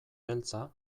beltza